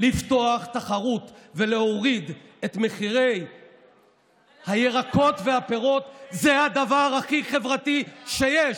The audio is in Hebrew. לפתוח תחרות ולהוריד את מחירי הירקות והפירות זה הדבר הכי חברתי שיש.